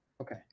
Okay